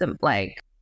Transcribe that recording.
like-